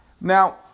Now